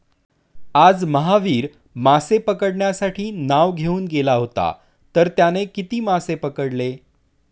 आज महावीर मासे पकडण्यासाठी नाव घेऊन गेला होता तर त्याने किती मासे पकडले?